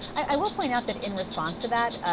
i will point out that in response to that,